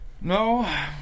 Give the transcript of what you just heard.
No